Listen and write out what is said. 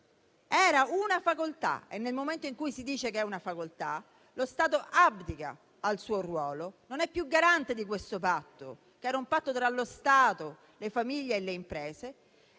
era una facoltà. E nel momento in cui si dice che è una facoltà, lo Stato abdica al suo ruolo e non è più garante di un patto tra lo Stato, le famiglie e le imprese,